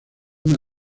una